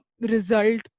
result